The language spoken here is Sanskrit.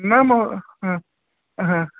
न महो हा हा